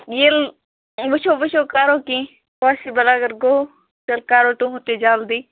ییٚلہِ وُچھو وُچھو کرو کیٚنٛہہ پاسِبٕل اگر گو تیٚلہِ کَرو تُہنٛد تہِ جلدی